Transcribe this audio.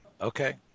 okay